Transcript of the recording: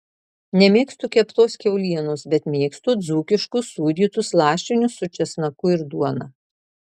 nemėgstu keptos kiaulienos bet mėgstu dzūkiškus sūdytus lašinius su česnaku ir duona